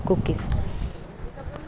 cookies